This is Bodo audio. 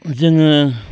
जोङो